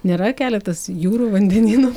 nėra keletas jūrų vandenynų